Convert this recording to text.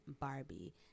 Barbie